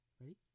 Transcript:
Ready